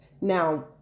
Now